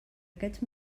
aquests